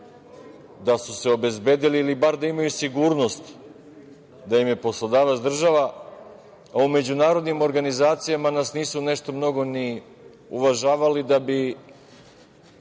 da su se obezbedili ili bar da imaju sigurnost da im je poslodavac država, a u međunarodnim organizacijama nas nisu nešto mnogo uvažavali da bi